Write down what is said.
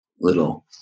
little